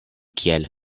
kiel